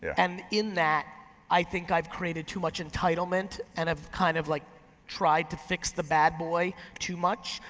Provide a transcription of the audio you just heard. and in that i think i've created too much entitlement, and i've kind of like tried to fix the bad boy too much,